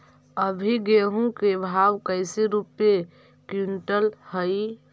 अभी गेहूं के भाव कैसे रूपये क्विंटल हई?